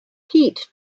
heat